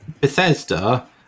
Bethesda